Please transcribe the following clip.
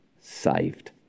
saved